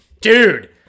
dude